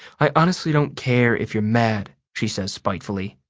i honestly don't care if you're mad, she says spitefully.